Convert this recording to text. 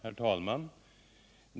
Herr talman!